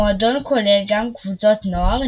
המועדון כולל גם קבוצות נוער,